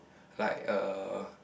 like uh